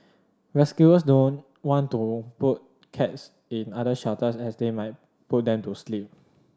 rescuers don't want to put cats in other shelters as they might put them to sleep